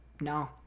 no